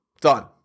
done